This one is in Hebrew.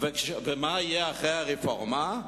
מה יהיה אחרי הרפורמה?